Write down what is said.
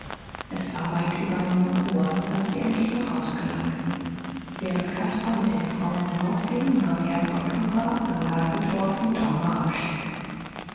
es war weit über neun uhr als sie endlich nach haus gelangten während caspar mit den frauen hinaufging nahm herr von tucher am gartentor von daumer abschied